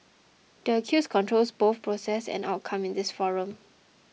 the accused controls both process and outcome in this forum